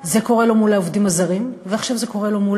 זה קורה לו מול העובדים הזרים, ועכשיו זה קורה מול